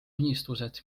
unistused